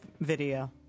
Video